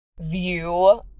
view